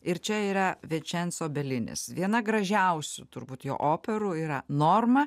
ir čia yra večenso belinis viena gražiausių turbūt jo operų yra norma